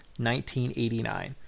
1989